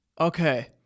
okay